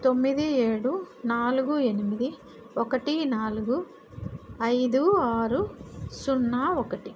తొమ్మిది ఏడు నాలుగు ఎనిమిది ఒకటి నాలుగు ఐదు ఆరు సున్నా ఒకటి